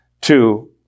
two